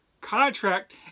contract